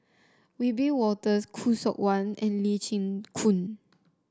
Wiebe Wolters Khoo Seok Wan and Lee Chin Koon